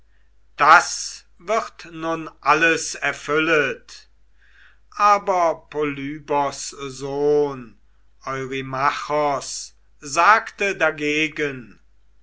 das wird nun alles erfüllet aber polybos sohn eurymachos sagte dagegen